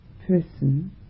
person